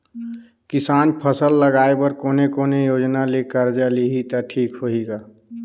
किसान फसल लगाय बर कोने कोने योजना ले कर्जा लिही त ठीक होही ग?